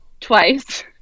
twice